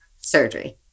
surgery